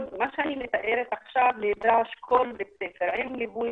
מה שאני מתארת עכשיו נדרש בכל בית ספר עם ליווי